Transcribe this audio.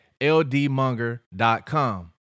LDMonger.com